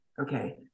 okay